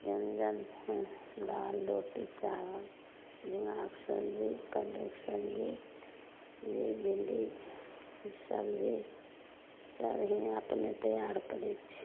ब्यञ्जन दालि रोटी चाबल नेनुआके सबजी कद्दूके सबजी मूर भिंडी सबजी सब हियाँ अपने तैआर करैत छियै